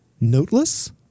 noteless